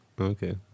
Okay